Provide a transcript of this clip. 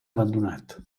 abandonat